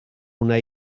una